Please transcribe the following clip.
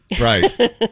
Right